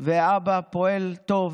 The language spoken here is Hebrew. ואבא פועל טוב